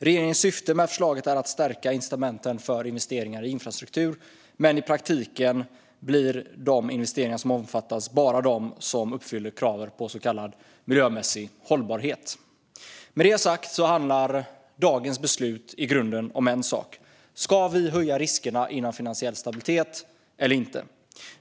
Regeringens syfte med förslaget är att stärka incitamenten för investeringar i infrastruktur, men i praktiken blir de investeringar som omfattas bara de som uppfyller kraven på så kallad miljömässig hållbarhet. Med detta sagt handlar dagens beslut i grunden om en sak: Ska vi höja riskerna inom finansiell stabilitet eller inte?